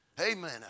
Amen